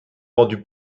rendue